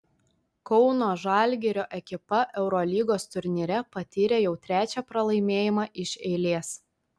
kauno žalgirio ekipa eurolygos turnyre patyrė jau trečią pralaimėjimą iš eilės